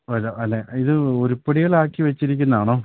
അതിൽ അല്ല ഇത് ഉരുപിടിയിൽ ആക്കി വച്ചിരിക്കുന്നതാണോ